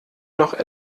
noch